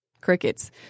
Crickets